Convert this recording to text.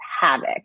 havoc